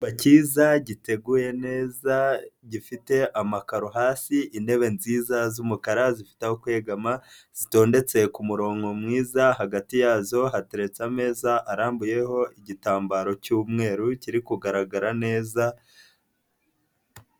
Kiza giteguye neza gifite amakaro hasi intebe nziza z'umukara zifite aho kwegama zitondetse ku murongo mwiza hagati yazo hateretse ameza arambuyeho igitambaro cy'umweru kiri kugaragara neza.